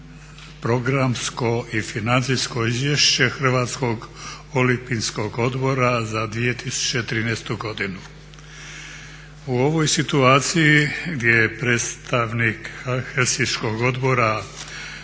programsko i financijsko izvješće HOO-a za 2013.godinu. U ovoj situaciji gdje je predstavnik Helsinškog odbora